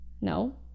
No